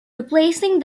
replacing